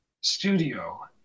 studio